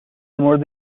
مورد